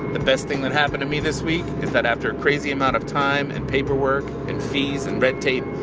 the best thing that happened to me this week is that after a crazy amount of time and paperwork and fees and red tape,